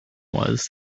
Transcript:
was